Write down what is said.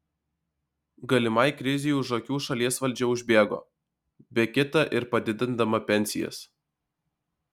galimai krizei už akių šalies valdžia užbėgo be kita ir padidindama pensijas